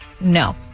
No